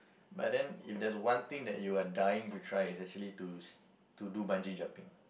but then if there's one thing that you are dying to try is actually to to do bungee jumping